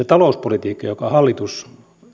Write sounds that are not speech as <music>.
<unintelligible> talouspolitiikka jota hallitus